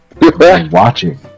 watching